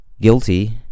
guilty